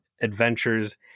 adventures